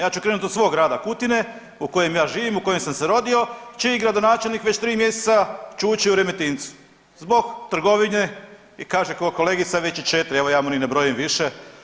Ja ću krenut od svog grada Kutine, u kojem ja živim, u kojem sam se rodio, čiji gradonačelnik već 3 mjeseca čuči u Remetincu zbog trgovine i kaže kolegica već je 4, evo ja mu ni ne brojim više.